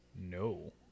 No